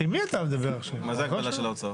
מה זה הגבלה של ההוצאות?